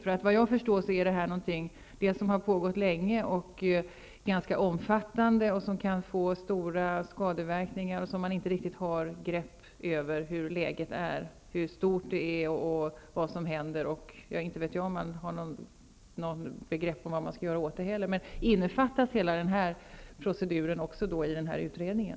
Så vitt jag förstår har det pågått länge, det har stor omfattning och kan medföra stora skadeverkningar. Man verkar inte ha något grepp om omfattningen och vad som händer. Jag vet inte ens om man har något begrepp om vad man skall göra åt det. Innefattas den proceduren i utredningen?